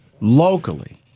Locally